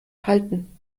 halten